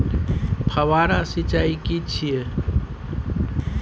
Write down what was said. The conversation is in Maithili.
फव्वारा सिंचाई की छिये?